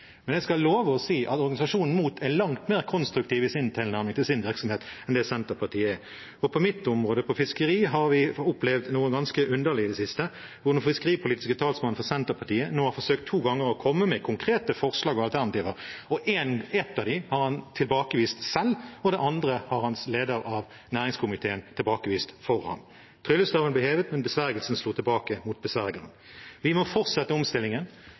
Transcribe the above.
Men jeg skal love at organisasjonen MOT er langt mer konstruktiv i sin tilnærming til sin virksomhet enn det Senterpartiet er. På mitt område, fiskeri, har vi opplevd noe ganske underlig i det siste, der den fiskeripolitiske talspersonen for Senterpartiet nå to ganger har forsøkt å komme med konkrete forslag og alternativer. Et av dem har han tilbakevist selv, og det andre har hans partikollega, som er leder av næringskomiteen, tilbakevist for ham. Tryllestaven ble hevet, men besvergelsen slo tilbake mot besvergeren. Vi må fortsette omstillingen